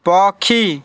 ପକ୍ଷୀ